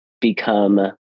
become